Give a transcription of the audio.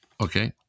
okay